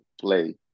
play